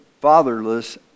fatherless